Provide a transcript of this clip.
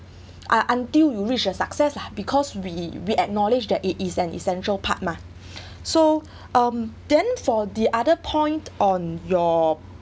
un~until you reach a success because we we acknowledge that it is an essential part mah so um then for the other point on your